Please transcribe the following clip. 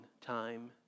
time